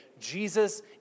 Jesus